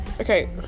Okay